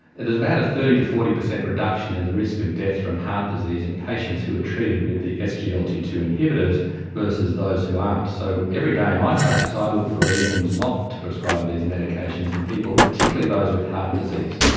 about a thirty percent to forty percent reduction in the risk of death from heart disease in patients who are treated with the s g l t two inhibitors versus those who aren't. so every day in my practice i look for reasons not to prescribe these medications in people, particularly those with heart disease.